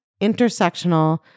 intersectional